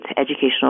educational